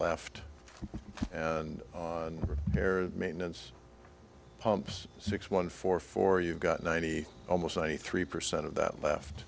left and their maintenance pumps six one four four you've got ninety almost ninety three percent of that left